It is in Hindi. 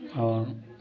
और